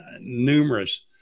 numerous